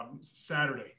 Saturday